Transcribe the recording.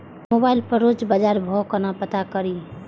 Mobile पर रोज बजार भाव कोना पता करि?